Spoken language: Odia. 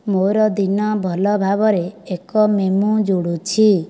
ମୋ'ର ଦିନ ଭଲ ଭାବରେ ଏକ ମେମୋ ଯୋଡୁଛି